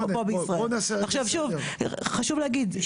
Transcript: חשוב להגיד,